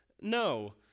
No